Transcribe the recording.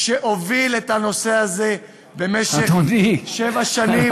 שהוביל את הנושא הזה במשך שבע שנים,